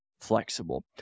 flexible